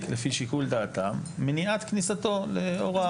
לפי שיקול דעתם מניעת כניסתו לאור ---.